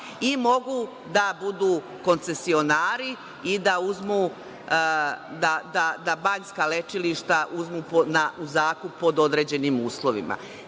i mogu da budu koncesionari i da uzmu banjska lečilišta u zakup, pod određenim uslovima.